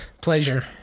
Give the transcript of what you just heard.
pleasure